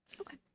Okay